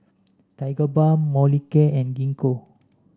Tigerbalm Molicare and Gingko